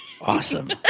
Awesome